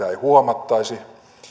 ei huomattaisi